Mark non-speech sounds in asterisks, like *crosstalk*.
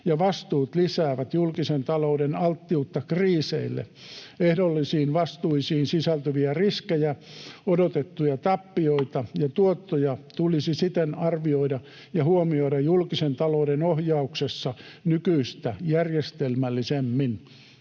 ja vastuut lisäävät julkisen talouden alttiutta kriiseille. Ehdollisiin vastuisiin sisältyviä riskejä, odotettuja tappioita ja tuottoja *noise* tulisi siten arvioida ja huomioida julkisen talouden ohjauksessa nykyistä järjestelmällisemmin.”